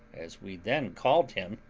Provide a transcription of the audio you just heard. as we then called him,